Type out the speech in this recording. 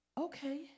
okay